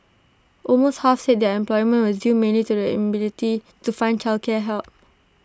almost half said their unemployment was due mainly to the inability to find childcare help